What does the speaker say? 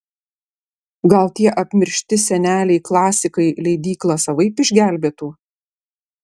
gal tie apmiršti seneliai klasikai leidyklą savaip išgelbėtų